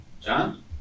John